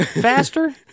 faster